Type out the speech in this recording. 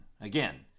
Again